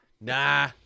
nah